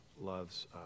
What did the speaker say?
loves